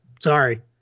sorry